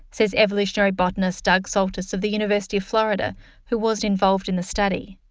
says evolutionary botanist doug soltis of the university of florida who wasn't involved in the study.